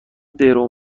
درو